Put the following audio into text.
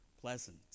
pleasant